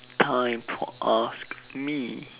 time to ask me